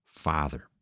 father